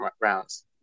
rounds